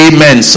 Amen